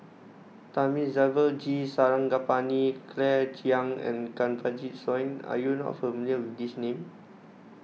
Thamizhavel G Sarangapani Claire Chiang and Kanwaljit Soin are you not familiar with these names